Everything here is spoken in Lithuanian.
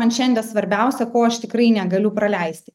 man šiandien svarbiausia ko aš tikrai negaliu praleisti